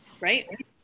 Right